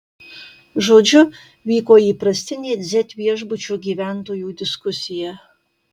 žodžiu vyko įprastinė z viešbučio gyventojų diskusija